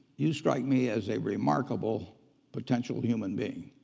you strike me as a remarkable potential human being,